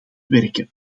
werken